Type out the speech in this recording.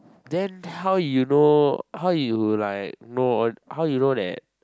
then how you know how you like know all how you know that